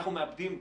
אנחנו מאבדים,